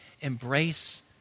embrace